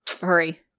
Hurry